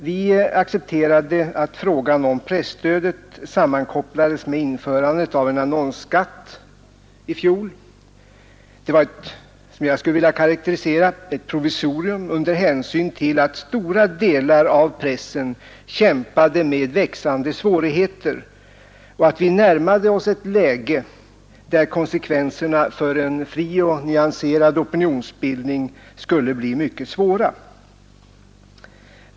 Vi accepterade att frågan om presstödet sammankopplades med införandet av en annonsskatt i fjol. Det var, som jag skulle vilja karakterisera det, ett provisorium under hänsyn till att stora delar av pressen kämpade med växande svårigheter och att vi närmade oss ett läge där konsekvenserna för en fri och nyanserad opinionsbildning skulle bli mycket svåra.